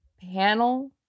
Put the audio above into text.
panel